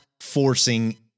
forcing